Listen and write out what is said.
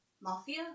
Mafia